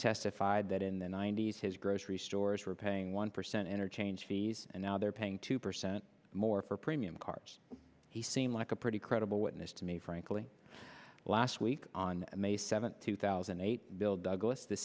testified that in the ninety's his grocery stores were paying one percent interchange fees and now they're paying two percent more for premium cars he seemed like a pretty credible witness to me frankly last week on may seventh two thousand and eight bill douglas the